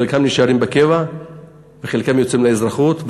חלקם נשארים בקבע וחלקם יוצאים לאזרחות,